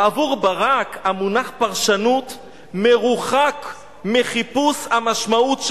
בעבור ברק, המונח 'פרשנות' מרוחק מחיפוש המשמעות"